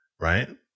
Right